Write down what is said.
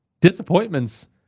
disappointments